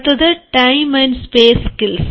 അടുത്തത് time and space skills